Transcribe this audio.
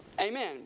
Amen